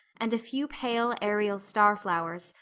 and a few pale, aerial starflowers,